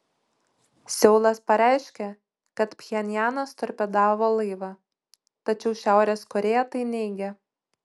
seulas pareiškė kad pchenjanas torpedavo laivą tačiau šiaurės korėja tai neigia